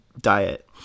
diet